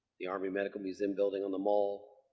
the army medical museum building on the mall,